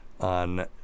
on